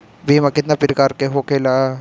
बीमा केतना प्रकार के होखे ला?